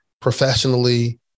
professionally